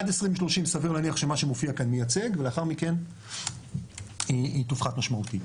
עד 2030 סביר להניח שמה שמופיע כאן מייצג ולאחר מכן היא תופחת משמעותית.